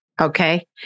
Okay